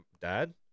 dad